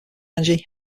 energy